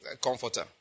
comforter